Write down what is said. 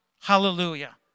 Hallelujah